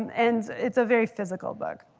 and it's a very physical book.